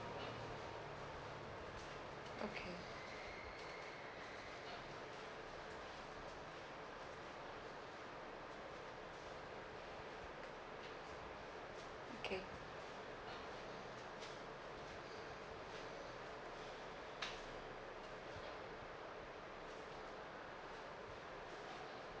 okay okay